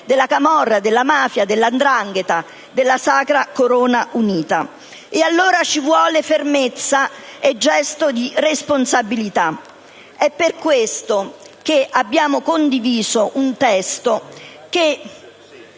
della camorra, della mafia, della 'ndrangheta o della sacra corona unita. Ci vuole allora fermezza ed un gesto di responsabilità: è per questo che abbiamo condiviso un testo che